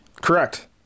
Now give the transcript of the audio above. correct